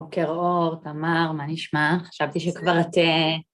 בוקר אור, תמר, מה נשמע? חשבתי שכבר את...